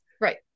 Right